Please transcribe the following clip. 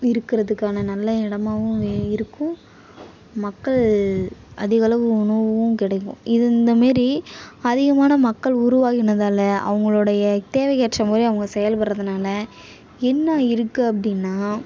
இருக்கிறதுக்கான நல்ல எடமாவும் மே இருக்கும் மக்கள் அதிகளவு உணவும் கிடைக்கும் இது இந்த மாரி அதிகமான மக்கள் உருவாகினதால் அவுங்களுடைய தேவைக்கேற்ற மாதிரி அவங்க செயல்படுறதுனால என்ன இருக்குது அப்படின்னா